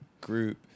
group